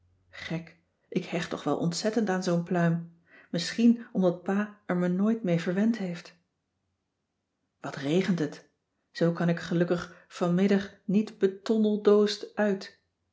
gek ik hecht toch wel ontzettend aan zoo'n pluim misschien omdat pa er me nooit mee verwend heeft wat regent het zoo kan ik gelukkig vanmiddag niet betondeldoosd uit